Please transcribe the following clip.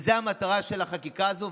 זו המטרה של החקיקה הזו,